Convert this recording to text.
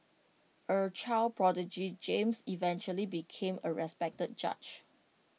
A child prodigy James eventually became A respected judge